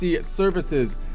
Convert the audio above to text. Services